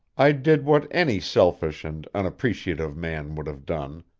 i did what any selfish and unappreciative man would have done,